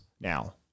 Now